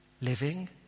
Living